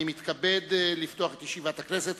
אני מתכבד לפתוח את ישיבת הכנסת.